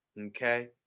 okay